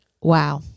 Wow